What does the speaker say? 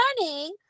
running